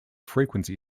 frequency